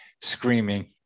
screaming